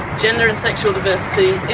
gender and sexual diversity